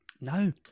No